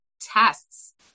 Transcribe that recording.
tests